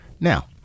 Now